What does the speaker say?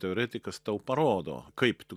teoretikas tau parodo kaip tu